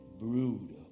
Brood